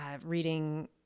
reading